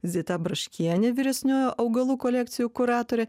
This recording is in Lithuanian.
zita braškienė vyresnioji augalų kolekcijų kuratorė